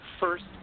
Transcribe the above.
first